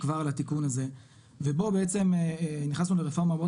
כבר על התיקון הזה ובו בעצם נכנסנו לרפורמה מאוד